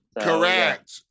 correct